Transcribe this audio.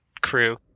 crew